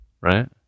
Right